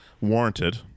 warranted